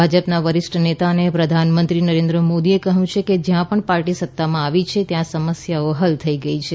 ભાજપના વરિષ્ઠ નેતા અને પ્રધાનમંત્રી નરેન્દ્ર મોદીએ કહ્યું છે કે જ્યાં પણ પાર્ટી સત્તામાં આવી છે ત્યાં સમસ્યાઓ હલ થઈ ગઈ છે